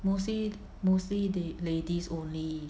mostly mostly they ladies only